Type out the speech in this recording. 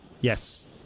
Yes